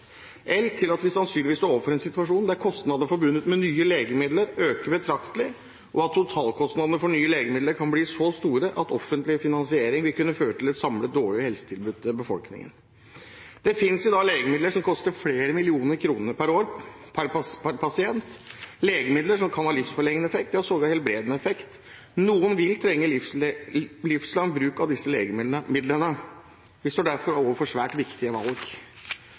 til at vi sannsynligvis står overfor en situasjon der kostnadene forbundet med nye legemidler øker betraktelig, og at totalkostnadene for nye legemidler kan bli så store at offentlig finansiering vil kunne føre til et samlet dårligere helsetilbud til befolkningen. Det finnes i dag legemidler som koster flere millioner kroner per pasient per år, legemidler som kan ha livsforlengende effekt, ja sågar helbredende effekt. Noen vil trenge livslang bruk av disse legemidlene. Vi står derfor overfor svært viktige valg.